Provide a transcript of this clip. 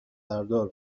بردار